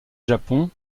japon